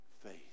faith